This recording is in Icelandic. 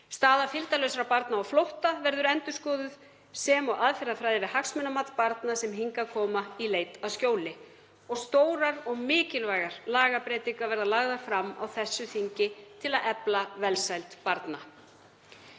Staða fylgdarlausra barna á flótta verður endurskoðuð sem og aðferðafræði við hagsmunamat barna sem hingað koma í leit að skjóli. Og stórar og mikilvægar lagabreytingar verða lagðar fram á þessu þingi til að efla velsæld barna.